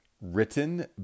written